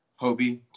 Hobie